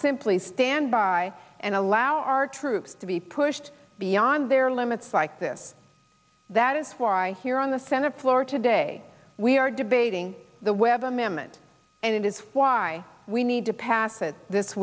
simply stand by and allow our troops to be pushed beyond their limits like this that is why here on the senate floor today we are debating the webb amendment and it is why we need to pass it this